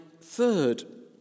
third